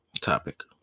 topic